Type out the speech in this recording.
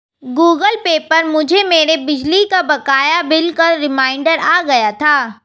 Google Pay पर मुझे मेरे बिजली के बकाया बिल का रिमाइन्डर आ गया था